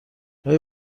آیا